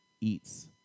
eats